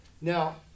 Now